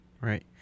Right